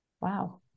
wow